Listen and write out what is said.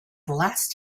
last